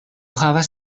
havas